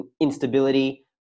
instability